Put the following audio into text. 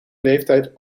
leeftijd